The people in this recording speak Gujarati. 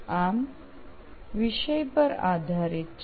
આમ વિષય પર આધારીત છે